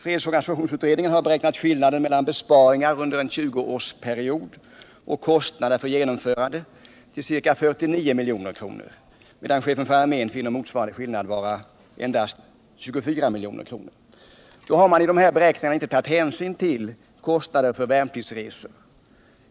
Fredsorganisationsutredningen har beräknat skillnaderna mellan besparingar under en 20-årsperiod och kostnaderna för genomförandet till ca 49 milj.kr., medan chefen för armén finner motsvarande skillnad vara endast ca 24 milj.kr. 7; I dessa beräkningar har hänsyn då inte tagits till kostnaderna för värnpliktsresor.